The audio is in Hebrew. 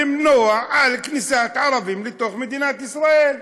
למנוע, כניסת ערבים לתוך מדינת ישראל,